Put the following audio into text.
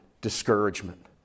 discouragement